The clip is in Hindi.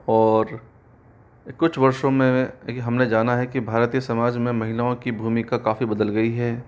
और कुछ वर्षों में हमने जाना है कि भारतीय समाज में महिलाओं कि भूमिका काफ़ी बदल गई है